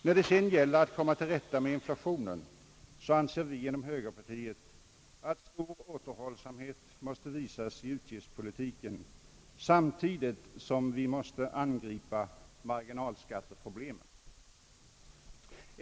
När det sedan gäller att komma till rätta med inflationen anser vi inom högerpartiet att stor återhållsamhet måste visas i utgiftspolitiken, samtidigt som vi måste angripa marginalskatteproblemet.